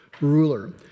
ruler